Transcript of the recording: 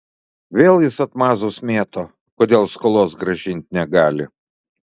vėl jis atmazus mėto kodėl skolos grąžint negali